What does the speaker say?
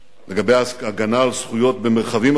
לגבי הגנה על זכויות במרחבים אחרים.